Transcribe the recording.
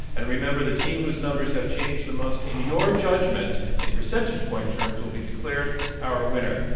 and remember, the team whose numbers have changed the most in your judgment in percentage point terms will be declared our winner.